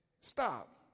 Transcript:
Stop